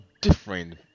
different